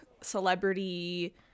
celebrity